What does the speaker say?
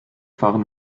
fahren